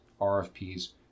RFPs